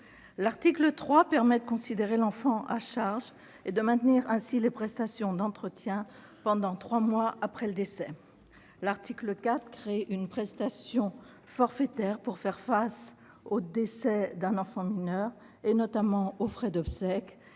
L'article 3 permet de considérer l'enfant à charge et de maintenir ainsi les prestations d'entretien pendant trois mois après le décès. L'article 4 crée une prestation forfaitaire pour faire face au décès d'un enfant mineur, notamment aux frais d'obsèques.